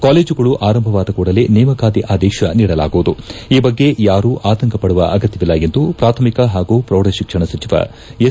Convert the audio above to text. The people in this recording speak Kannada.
ಕಾಲೇಜಗಳು ಆರಂಭವಾದ ಕೂಡಲೇ ನೇಮಕಾತಿ ಆದೇಶ ನೀಡಲಾಗುವುದು ಈ ಬಗ್ಗೆ ಯಾರೂ ಆತಂಕಪಡುವ ಅಗತ್ನವಿಲ್ಲ ಎಂದು ಪ್ರಾಥಮಿಕ ಹಾಗೂ ಪ್ರೌಢಶಿಕ್ಷಣ ಸಚಿವ ಎಸ್